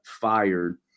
fired